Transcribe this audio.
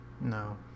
No